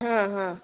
ହଁ ହଁ